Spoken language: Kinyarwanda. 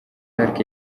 d’arc